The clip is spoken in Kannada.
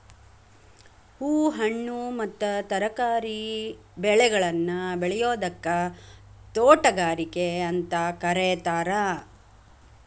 ಹೂ, ಹಣ್ಣು ಮತ್ತ ತರಕಾರಿ ಬೆಳೆಗಳನ್ನ ಬೆಳಿಯೋದಕ್ಕ ತೋಟಗಾರಿಕೆ ಅಂತ ಕರೇತಾರ